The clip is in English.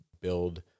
build